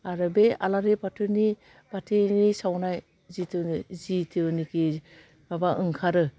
आरो बे आलारि बाथिनि बाथिनि सावनाय जिथु जिहिथुनाखि माबा ओंखारो